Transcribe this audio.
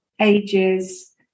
ages